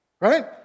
Right